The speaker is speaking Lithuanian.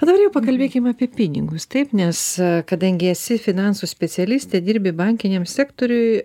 o dabar jau pakalbėkim apie pinigus taip nes kadangi esi finansų specialistė dirbi bankiniam sektoriuj